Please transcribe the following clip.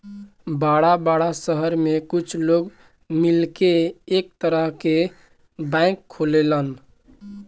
बड़ा बड़ा सहर में कुछ लोग मिलके एक तरह के बैंक खोलेलन